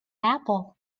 apple